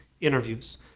interviews